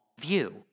view